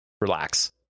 relax